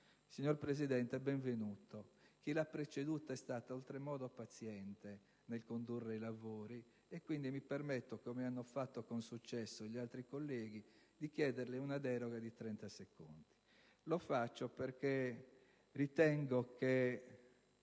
Signor Presidente, benvenuto. Chi l'ha preceduta è stata oltremodo paziente nel condurre i lavori, e quindi mi permetto di chiederle, come hanno fatto con successo gli altri colleghi, una deroga di trenta secondi. Lo faccio, in quanto ritengo che